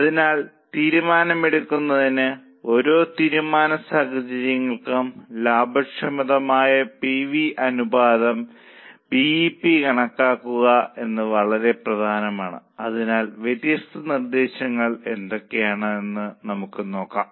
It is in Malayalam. അതിനാൽ തീരുമാനമെടുക്കുന്നതിന് ഓരോ തീരുമാന സാഹചര്യങ്ങൾക്കും ലാഭക്ഷമതാ പി വി അനുപാതം ബി ഇ പി കണക്കാക്കുന്നത് പ്രധാനമാണ് അതിനാൽ വ്യത്യസ്ത നിർദ്ദേശങ്ങൾ എന്തൊക്കെയാണെന്ന് നമുക്ക് നോക്കാം